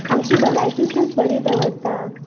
आमची भलायकी खूब बरी दवरता